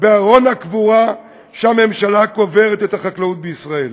בארון הקבורה שהממשלה קוברת את החקלאות בישראל.